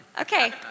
Okay